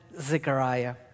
Zechariah